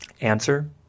Answer